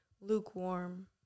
lukewarm